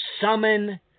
summon